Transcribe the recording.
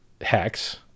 hex